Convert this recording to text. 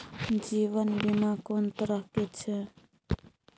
जीवन बीमा कोन तरह के छै?